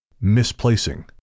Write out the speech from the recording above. misplacing